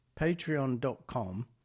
patreon.com